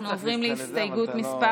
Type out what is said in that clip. אנחנו עוברים להסתייגות מס'